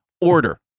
order